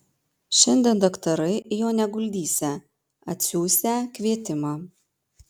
šiandien daktarai jo neguldysią atsiųsią kvietimą